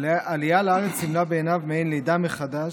העלייה לארץ סימנה בעיניו מעין לידה מחדש,